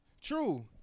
True